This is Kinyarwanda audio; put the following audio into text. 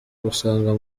gusanga